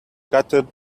gutted